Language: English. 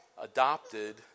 adopted